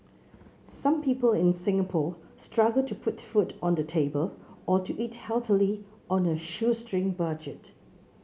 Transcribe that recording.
some people in Singapore struggle to put food on the table or to eat healthily on a shoestring budget